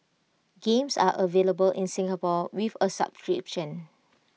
games are available in Singapore with A subscription